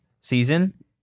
season